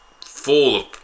full